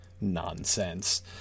nonsense